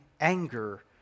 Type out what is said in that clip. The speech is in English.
anger